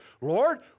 Lord